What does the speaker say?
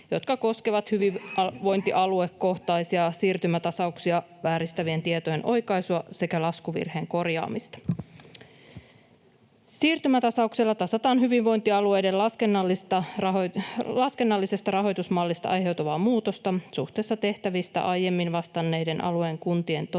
jotka koskevat hyvinvointialuekohtaisia siirtymätasauksia, vääristävien tietojen oikaisua sekä laskuvirheen korjaamista. Siirtymätasauksella tasataan hyvinvointialueiden laskennallisesta rahoitusmallista aiheutuvaa muutosta suhteessa tehtävistä aiemmin vastanneiden alueen kuntien toteutuneisiin